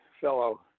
fellow